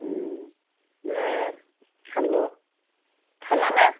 খালোঁ খালানে